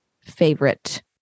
favorite